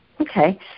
Okay